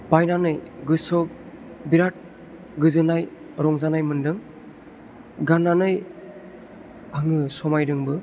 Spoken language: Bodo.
बायनानै गोसोआव बिराद गोजोननाय रंजानाय मोन्दों गाननानै आङो समायदोंबो